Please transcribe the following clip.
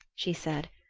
she said,